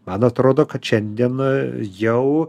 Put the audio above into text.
man atrodo kad šiandien jau